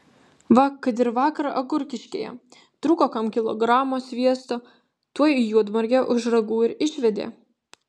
va kad ir vakar agurkiškėje trūko kam kilogramo sviesto tuoj juodmargę už ragų ir išvedė